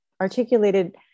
articulated